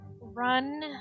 run